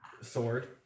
sword